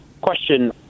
question